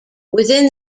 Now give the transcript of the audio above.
within